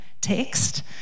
text